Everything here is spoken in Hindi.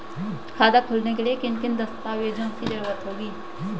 खाता खोलने के लिए किन किन दस्तावेजों की जरूरत होगी?